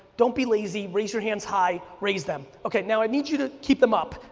don't be lazy, raise your hands high, raise them. okay now i need you to keep them up,